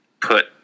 put